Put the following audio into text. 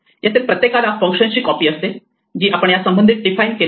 यातील प्रत्येकाला फंक्शन ची कॉपी असते जी आपण या संबंधित डिफाइन केली आहे